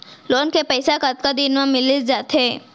Loan के पइसा कतका दिन मा मिलिस जाथे?